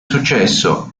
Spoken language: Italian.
successo